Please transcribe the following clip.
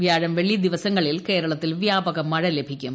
വൃാഴം വെള്ളി ദിവസങ്ങളിൽ കേരളത്തിൽ വ്യാപക മഴ ലഭിക്കും